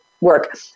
work